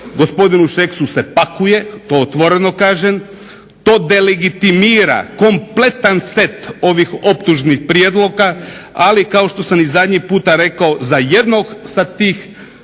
gospodinu Šeksu se pakuje, to otvoreno kažem, to delegitimira kompletan set ovih optužnih prijedloga, ali kao što sam i zadnji puta rekao za jednoga iz